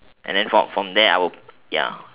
and then from from there I will ya